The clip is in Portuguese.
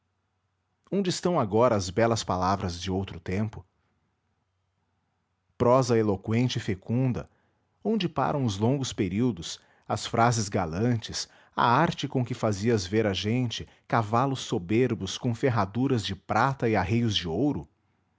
onde estão agora as belas palavras de outro tempo prosa eloqüente e fecunda onde param os longos períodos as frases galantes a arte com que fazias ver a gente cavalos soberbos com ferraduras de prata e arreios de ouro